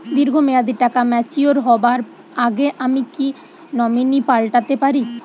দীর্ঘ মেয়াদি টাকা ম্যাচিউর হবার আগে আমি কি নমিনি পাল্টা তে পারি?